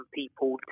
people